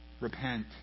Repent